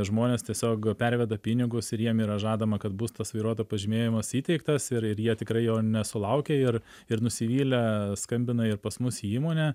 žmonės tiesiog perveda pinigus ir jiem yra žadama kad bus tas vairuoto pažymėjimas įteiktas ir ir jie tikrai jo nesulaukia ir ir nusivylę skambina ir pas mus į įmonę